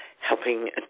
helping